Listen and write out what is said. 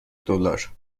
دلار